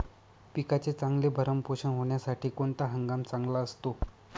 पिकाचे चांगले भरण पोषण होण्यासाठी कोणता हंगाम चांगला असतो?